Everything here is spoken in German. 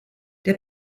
der